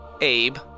Abe